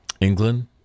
England